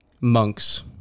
Monks